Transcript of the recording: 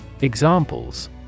Examples